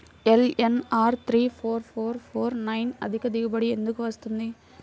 LNR three four four four nine అధిక దిగుబడి ఎందుకు వస్తుంది?